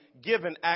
given